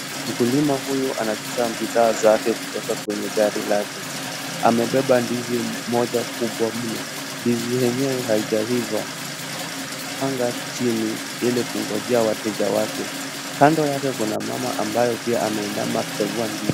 Mkulima huyu anashusha bidhaa zake kutoka kwenye gari lake, amebeba ndizi moja kubwa mno. Ndizi yenyewe haijaiva anapanga chini ili kungojea wateja wake. Kando yake kuna mama ambayo pia ameinama kuchagua ndizi.